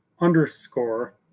underscore